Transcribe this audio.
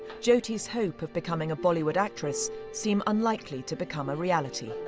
jyoti's hope of becoming a bollywood actress seem unlikely to become a reality.